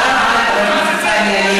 שמעת את זה?